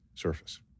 surface